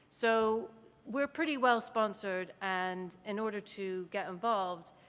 so we're pretty well sponsored and in order to get involved,